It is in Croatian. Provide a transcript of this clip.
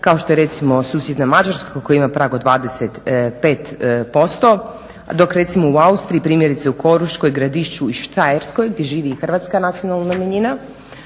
kao što je recimo susjedna Mađarska koja ima prag od 25%, dok recimo u Austriji, primjerice u Koruškoj, Gradišću i Štajerskoj gdje živi i Hrvatska nacionalna manjina,